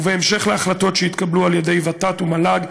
ובהמשך להחלטות שהתקבלו על ידי ות"ת ומל"ג,